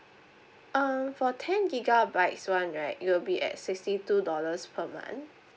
um for ten gigabytes one right it will be at sixty two dollars per month